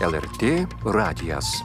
lrt radijas